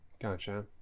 Gotcha